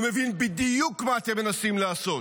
הוא מבין בדיוק מה אתם מנסים לעשות,